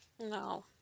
No